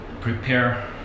prepare